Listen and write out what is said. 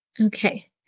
Okay